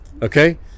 Okay